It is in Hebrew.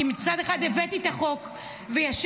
כי מצד אחד הבאתי את החוק וישבתי,